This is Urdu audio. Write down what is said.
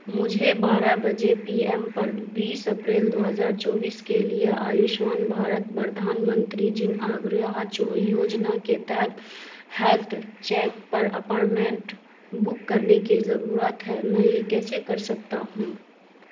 مجھے بارہ بجے پی ایم پر بیس اپریل دو ہزار چوبیس کے لیے آیوشمان بھارت پردھان منتری جن آروگیہ یوجنا کے تحت ہیلتھ چیک پر اپارمنٹ بک کرنے کی ضرورت ہے میں یہ کیسے کر سکتا ہوں